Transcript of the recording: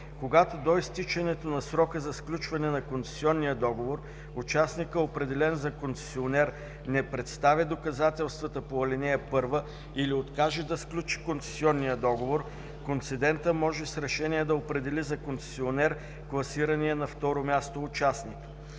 Когато до изтичането на срока за сключване на концесионния договор участникът, определен за концесионер, не представи доказателствата по ал. 1 или откаже да сключи концесионния договор, концедентът може с решение да определи за концесионер класирания на второ място участник.